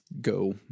go